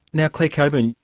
now, clare coburn,